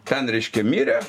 ten reiškia mirė